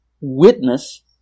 witness